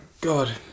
God